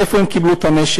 מאיפה הם קיבלו את הנשק?